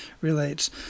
relates